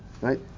Right